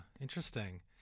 Interesting